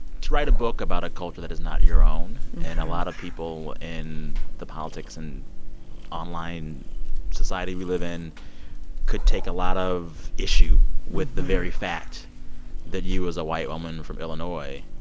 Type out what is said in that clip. to write a book about a culture that is not your own, and a lot of people in the politics and online society we live in could take a lot of issue with the very fact that you, as a white woman from illinois,